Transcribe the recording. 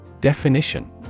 Definition